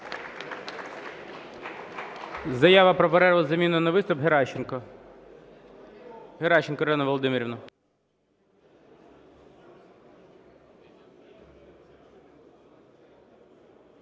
Заява про перерву із заміною на виступ – Геращенко. Геращенко Ірина Володимирівна.